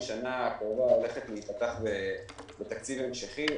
השנה הקרובה הולכת להיפתח בתקציב המשכי.